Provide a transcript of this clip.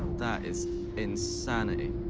that is insanity.